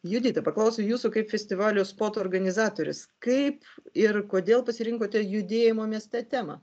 judita paklausiu jūsų kaip festivalio spot organizatorės kaip ir kodėl pasirinkote judėjimo mieste temą